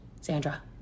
Sandra